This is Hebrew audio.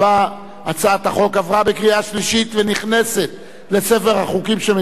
הצעת החוק עברה בקריאה שלישית ונכנסת לספר החוקים של מדינת ישראל.